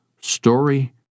Story